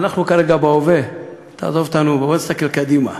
אנחנו כרגע בהווה, תעזוב אותנו, בוא נסתכל קדימה.